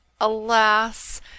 alas